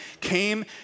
came